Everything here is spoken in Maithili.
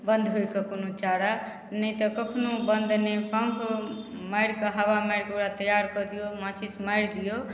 बन्द होइके कोनो चारा नहि तऽ कखनो बन्द नहि पम्प मारिके हवा मारिके ओकरा तैयार कऽ दियौ माचिस मारि दियौ